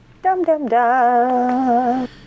Dum-dum-dum